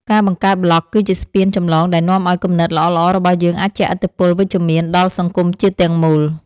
ការបង្កើតប្លក់គឺជាស្ពានចម្លងដែលនាំឱ្យគំនិតល្អៗរបស់យើងអាចជះឥទ្ធិពលវិជ្ជមានដល់សង្គមជាតិទាំងមូល។